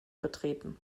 betreten